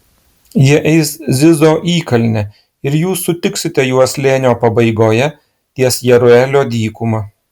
jie eis zizo įkalne ir jūs sutiksite juos slėnio pabaigoje ties jeruelio dykuma